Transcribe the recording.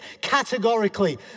categorically